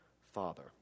Father